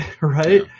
right